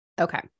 okay